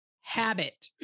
habit